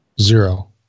Zero